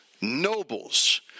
nobles